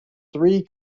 three